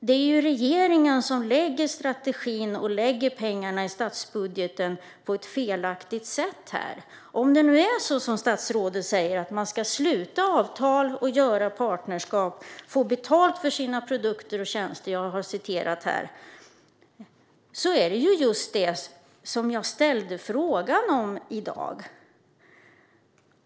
Det är ju regeringen som lägger fast strategin och lägger pengarna i statsbudgeten på ett felaktigt sätt. Det statsrådet säger är att företagen ska sluta avtal och skapa partnerskap samt få betalt för sina produkter och tjänster, och det är just det jag har ställt en fråga om.